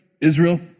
Israel